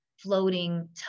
floating